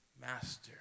master